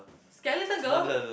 skeleton girl